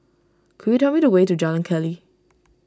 could you tell me the way to Jalan Keli